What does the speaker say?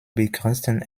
begrenzten